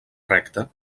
recte